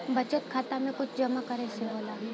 बचत खाता मे कुछ जमा करे से होला?